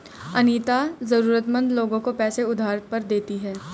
अनीता जरूरतमंद लोगों को पैसे उधार पर देती है